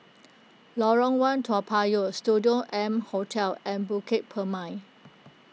Lorong one Toa Payoh Studio M Hotel and Bukit Purmei